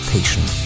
Patient